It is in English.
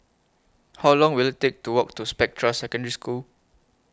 How Long Will IT Take to Walk to Spectra Secondary School